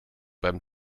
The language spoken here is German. beim